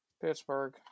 Pittsburgh